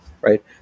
right